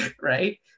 right